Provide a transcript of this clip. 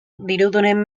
dirudunen